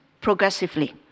progressively